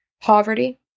Poverty